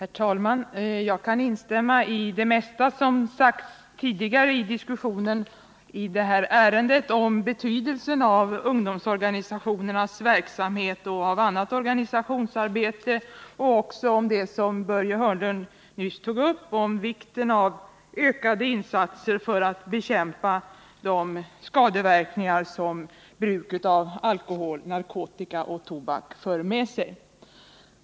Herr talman! Jag kan instämma i det mesta som sagts tidigare i diskussionen om det här ärendet när det gäller betydelsen av ungdomsorganisationernas verksamhet och av annat organisationsarbete och också i det som Börje Hörnlund nyss tog upp om vikten av ökade insatser för att bekämpa de skadeverkningar som bruket av alkohol, narkotika och tobak för med sig.